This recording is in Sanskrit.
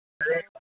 तदेव